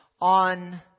On